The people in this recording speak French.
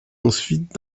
ensuite